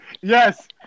yes